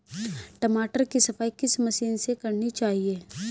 टमाटर की सफाई किस मशीन से करनी चाहिए?